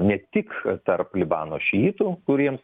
ne tik tarp libano šiitų kuriems